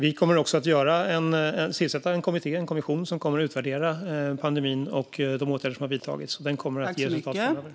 Vi kommer också att tillsätta en kommission som ska utvärdera pandemin och de åtgärder som vidtagits. Den kommer att ge resultat framöver.